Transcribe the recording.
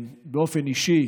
באופן אישי